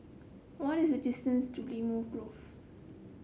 what is the distance to Limau Grove